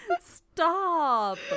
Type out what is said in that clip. stop